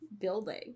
building